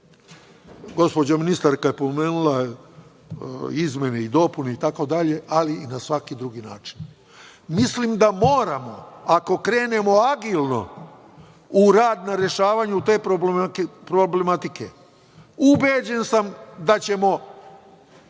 Gospođa ministarka je pomenula izmene i dopune itd, ali i na svaki drugi način. Mislim da moramo, ako krenemo agilno u rad na rešavanju te problematike, ubeđen sam da ćemo